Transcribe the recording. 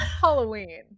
Halloween